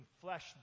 flesh